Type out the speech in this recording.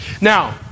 Now